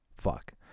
Fuck